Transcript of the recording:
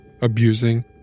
abusing